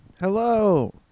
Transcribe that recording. Hello